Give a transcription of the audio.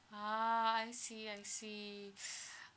ah I see I see